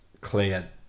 clear